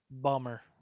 bummer